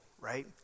right